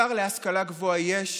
שר להשכלה גבוהה יש,